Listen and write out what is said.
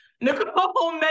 nicole